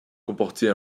comporter